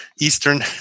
Eastern